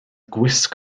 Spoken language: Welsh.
gwisg